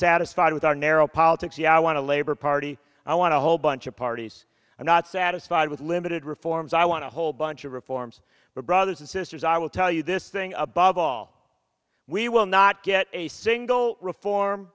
satisfied with our narrow politics yes i want to labor party i want to whole bunch of parties i'm not satisfied with limited reforms i want to whole bunch of reforms but brothers and sisters i will tell you this thing above all we will not get a single reform